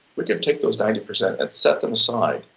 we can take those ninety percent and set them aside,